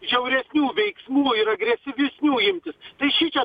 žiauresnių veiksmų ir agresyvesnių imtis tai šičia